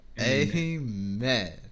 Amen